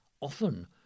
often